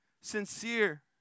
sincere